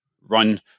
run